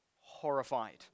horrified